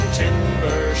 timber